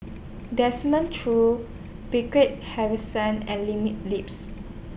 Desmond Choo Harrison and Lips